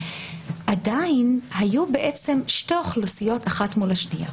עדיין היו שתי אוכלוסיות אחת מול השנייה.